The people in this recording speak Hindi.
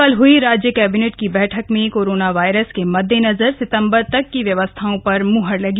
कल हई राज्य कैबिनेट की बैठक में कोरोना वायरस के मद्देनजर सितंबर तक की व्यवस्थाओं पर मुहर लगी